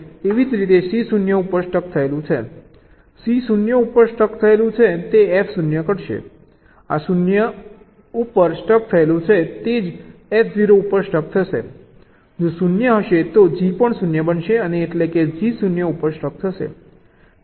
એવી જ રીતે C 0 ઉપર સ્ટક થયેલું છે C 0 ઉપર સ્ટક થયેલું છે તે F 0 કરશે આ 0 ઉપર સ્ટક થયેલું છે તે જ F 0 ઉપર સ્ટક થશે જો આ 0 હશે તો G પણ 0 બનશે અને એટલેકે G 0 ઉપર સ્ટક થશે